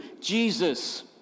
Jesus